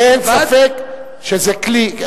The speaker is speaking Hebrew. אין ספק שזה כלי,